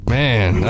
man